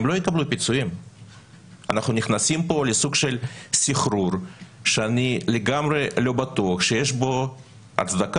אנחנו נכנסים פה לסוג של סחרור שאני לגמרי לא בטוח שיש בו הצדקה.